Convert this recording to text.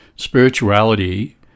spirituality